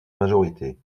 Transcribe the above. majorité